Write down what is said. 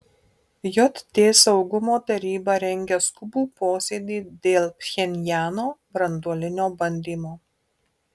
jt saugumo taryba rengia skubų posėdį dėl pchenjano branduolinio bandymo